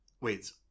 Wait